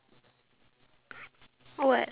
no not here